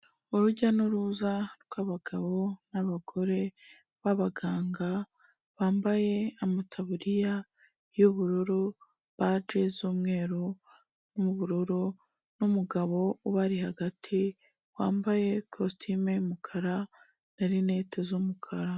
Urujya n'uruza rw'abagabo n'abagore b'abaganga, bambaye amataburiya y'ubururu, baji z'umweru n'ubururu n'umugabo ubari hagati wambaye ikositimu y'umukara na rinete z'umukara.